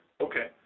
Okay